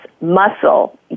muscle